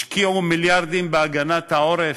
השקיעו מיליארדים בהגנת העורף,